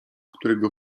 którego